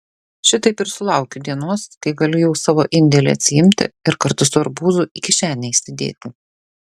šitaip ir sulaukiu dienos kai galiu jau savo indėlį atsiimti ir kartu su arbūzu į kišenę įsidėti